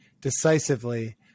decisively